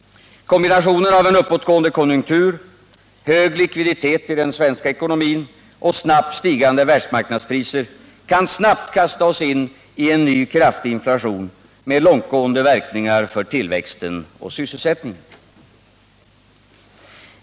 Kombinationen av en uppåtgående konjunktur, hög likviditet i den svenska ekonomin och snabbt stigande världsmarknadspriser kan snart kasta oss in i en ny kraftig inflation med långtgående verkningar för tillväxten och sysselsättningen.